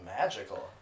magical